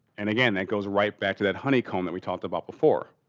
and again, that goes right back to that honeycomb that we talked about before.